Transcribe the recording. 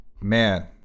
man